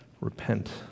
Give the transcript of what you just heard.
Repent